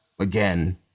again